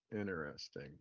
interesting